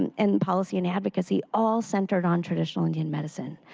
and and policy, and advocacy all centered on traditional indian medicine.